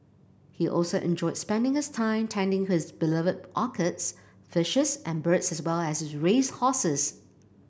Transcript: he also enjoyed spending his time tending to his beloved orchids fishes and birds as well as his race horses